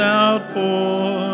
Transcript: outpour